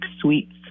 sweets